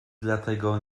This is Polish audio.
dlatego